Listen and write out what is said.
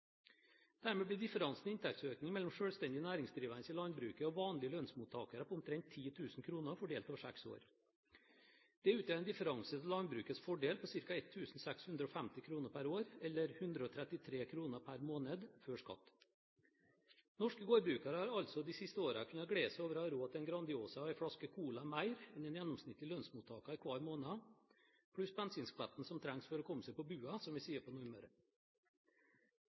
Dermed blir differansen i inntektsøkning mellom selvstendig næringsdrivende i landbruket og vanlige lønnsmottakere omtrent 10 000 kr, fordelt over seks år. Det utgjør en differanse til landbrukets fordel på ca. 1 650 kr per år, eller 133 kr per måned, før skatt. Norske gårdbrukere har altså de siste årene kunnet glede seg over å ha råd til en Grandiosa og en flaske Cola mer enn en gjennomsnittlig lønnsmottaker hver måned, pluss bensinskvetten som trengs for å komme seg på bua, som vi sier på Nordmøre.